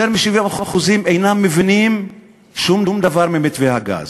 יותר מ-70% אינם מבינים שום דבר ממתווה הגז.